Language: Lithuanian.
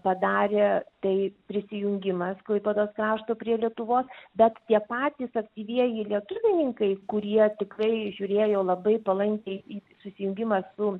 padarė tai prisijungimas klaipėdos krašto prie lietuvos bet tie patys aktyvieji lietuvninkai kurie tikrai žiūrėjo labai palankiai į susijungimą su